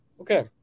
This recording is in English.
Okay